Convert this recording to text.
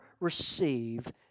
receive